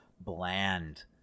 bland